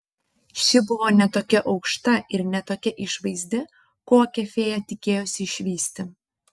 ši buvo ne tokia aukšta ir ne tokia išvaizdi kokią fėja tikėjosi išvysti